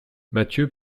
mathieu